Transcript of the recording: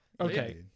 Okay